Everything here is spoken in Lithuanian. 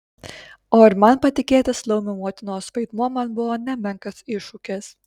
o ir man patikėtas laumių motinos vaidmuo man buvo nemenkas iššūkis